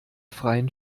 freien